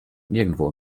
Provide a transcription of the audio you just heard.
nirgendwo